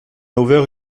ouvert